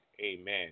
Amen